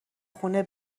خونه